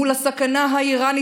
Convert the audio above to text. מול הסכנה האיראנית,